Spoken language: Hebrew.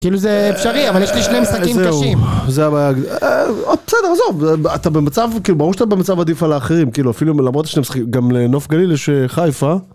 כאילו זה אפשרי, אבל יש לי שני משחקים קשים. זהו, בסדר, עזוב, אתה במצב, כאילו, ברור שאתה במצב עדיף על האחרים, כאילו, אפילו למרות ששני משחקים, גם לנוף גליל יש חיפה.